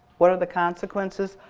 what are the consequences.